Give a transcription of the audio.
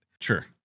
Sure